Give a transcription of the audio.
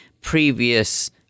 previous